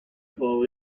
fall